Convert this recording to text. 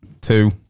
two